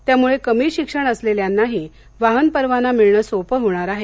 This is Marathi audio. त्यामुळे कमी शिक्षण असलेल्यांनाही वाहन परवाना मिळणं सोपे होणार आहे